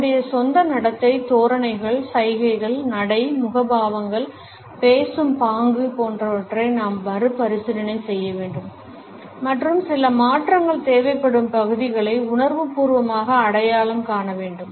நம்முடைய சொந்த நடத்தை தோரணைகள் சைகைகள் நடை முகபாவங்கள் பேசும் பாங்கு போன்றவற்றை நாம் மறுபரிசீலனை செய்ய வேண்டும் மற்றும் சில மாற்றங்கள் தேவைப்படும் பகுதிகளை உணர்வுபூர்வமாக அடையாளம் காண வேண்டும்